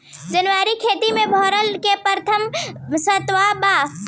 जैविक खेती में भारत के प्रथम स्थान बा